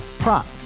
Prop